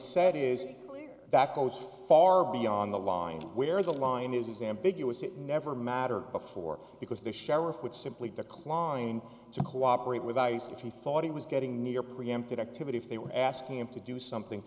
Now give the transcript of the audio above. said is that goes far beyond the line where the line is ambiguous it never mattered before because the sheriff would simply decline to cooperate with ice if he thought he was getting near preempted activity if they were asking him to do something